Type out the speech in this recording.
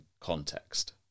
context